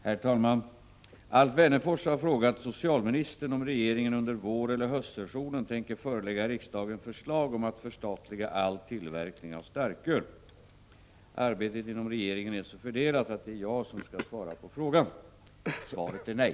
Herr talman! Alf Wennerfors har frågat socialministern om regeringen under våreller höstsessionen tänker förelägga riksdagen förslag om att förstatliga all tillverkning av starköl. Arbetet inom regeringen är så fördelat, att det är jag som skall svara på frågan. Svaret är nej.